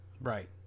Right